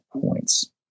points